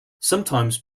sometimes